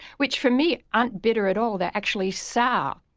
which for me aren't bitter at all they're actually sour.